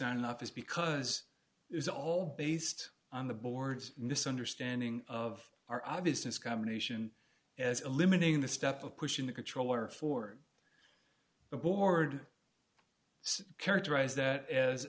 not enough is because it is all based on the board's misunderstanding of our obviousness combination as eliminating the step of pushing the controller for the board characterize that as